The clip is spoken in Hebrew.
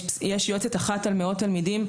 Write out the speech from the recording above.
יש יועצת אחת על מאות תלמידים,